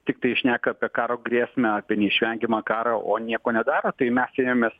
tiktai šneka apie karo grėsmę apie neišvengiamą karą o nieko nedaro tai mes ėmemės